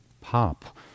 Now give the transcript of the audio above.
pop